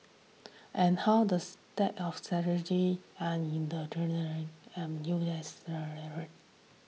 and how the of strategic and in the and U S